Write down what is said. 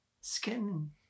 skin